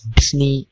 Disney